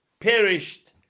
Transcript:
perished